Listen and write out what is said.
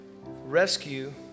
rescue